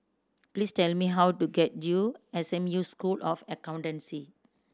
please tell me how to get to S M U School of Accountancy